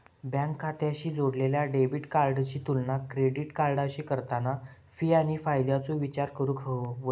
bank खात्याशी जोडलेल्या debit कार्डाची तुलना क्रेडिट कार्डाशी करताना फी आणि फायद्याचो विचार करूक हवो